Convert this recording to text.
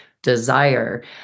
Desire